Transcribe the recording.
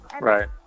Right